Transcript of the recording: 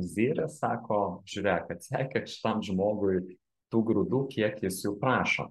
vizirį sako žiūrėk atseikėk šitam žmogui tų grūdų kiek jis jų prašo